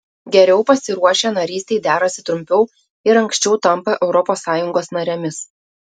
geriau pasiruošę narystei derasi trumpiau ir anksčiau tampa europos sąjungos narėmis